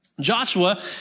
Joshua